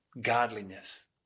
godliness